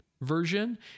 version